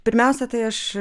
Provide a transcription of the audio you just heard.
pirmiausia tai aš